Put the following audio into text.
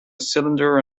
cylinder